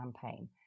campaign